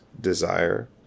desire